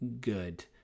good